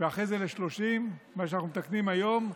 ואחרי כן ל-30, מה שאנחנו מתקנים היום,